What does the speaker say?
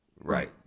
Right